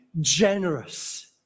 generous